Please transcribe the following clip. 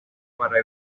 para